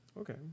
Okay